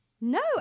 no